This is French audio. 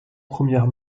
première